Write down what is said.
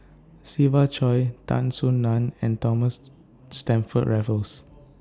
Siva Choy Tan Soo NAN and Thomas Stamford Raffles